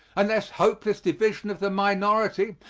unless hopeless division of the minority,